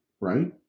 right